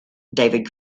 david